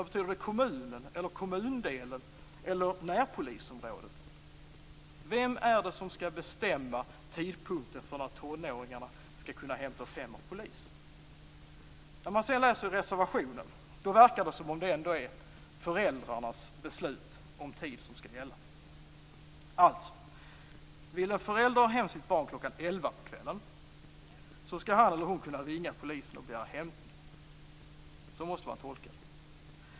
Betyder det kommunen eller kommundelen eller närpolisområdet? Vem är det som skall bestämma tidpunkten för när tonåringarna skall kunna hämtas hem av polis? När man sedan läser i reservationen verkar det som att det ändå är föräldrarnas beslut om tid som skall gälla. Alltså: Vill en förälder ha hem sitt barn kl. 11 på kvällen, så skall han eller hon kunna ringa polisen och begära hämtning. Så måste man tolka det.